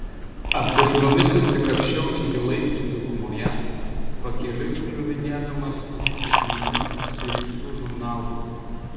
apgraibomis nusikapsčiau iki laiptų gilumoje pakeliui kliuvinėdamas už šūsnimis surištų žurnalų